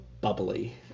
bubbly